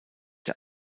der